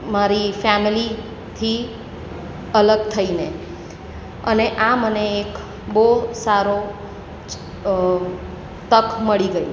મારી ફેમિલીથી અલગ થઈને અને આ મને એક બહુ સારો તક મળી ગઈ